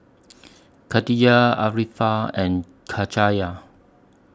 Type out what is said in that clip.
Katijah Arifa and Cahaya